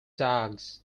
dogs